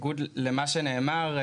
בניגוד למה שנאמר,